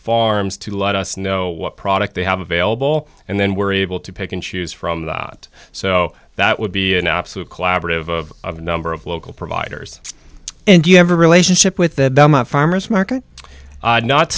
farms to let us know what product they have available and then we're able to pick and choose from that so that would be an absolute collaborative of of a number of local providers and you have a relationship with the farmer's market